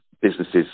businesses